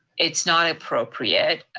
it's not appropriate.